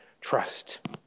trust